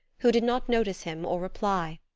who did not notice him or reply,